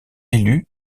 élu